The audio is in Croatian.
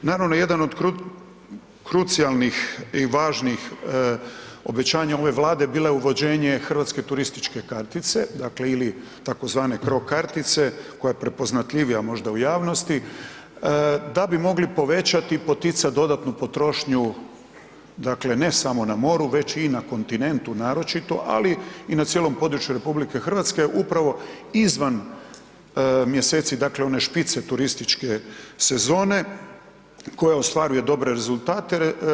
Naravno jedan od krucijalnih i važnih obećanja ove Vlade bilo je uvođenje Hrvatske turističke kartice ili tzv. CRO kartice koja je prepoznatljivija možda u javnosti, da bi mogli povećati i poticati dodatnu potrošnju ne samo na moru već i na kontinentu naročito, ali i na cijelom području RH upravo izvan mjeseci dakle one špice turističke sezone koja ostvaruje dobre rezultate.